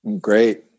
Great